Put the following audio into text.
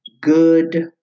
good